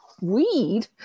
weed